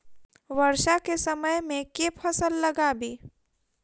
वर्षा केँ समय मे केँ फसल लगाबी?